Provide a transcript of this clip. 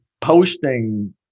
posting